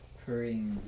purring